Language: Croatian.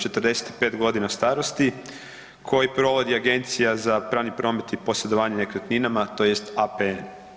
45 godina starosti koji provodi Agencija za pravni promet i posjedovanje nekretnina tj. APN.